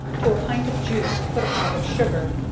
to a pint of juice put a pound of sugar,